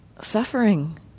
suffering